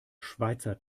schweizer